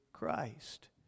Christ